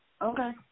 Okay